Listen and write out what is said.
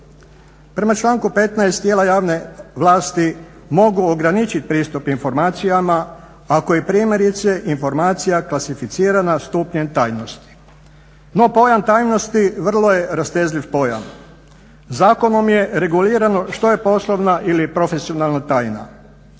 Prema članku 15. tijela javne vlasti mogu ograničit pristup informacijama ako je primjerice informacija klasificirana stupnjem tajnosti. No pojam tajnosti vrlo je rastezljiv pojam, zakonom je regulirano što je poslovna ili profesionalna tajna.